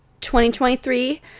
2023